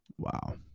Wow